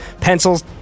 pencils